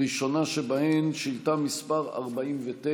הראשונה שבהן, שאילתה מס' 49,